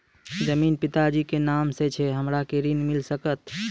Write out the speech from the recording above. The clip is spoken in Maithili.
जमीन पिता जी के नाम से छै हमरा के ऋण मिल सकत?